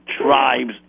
tribes